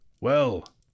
Well